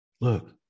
Look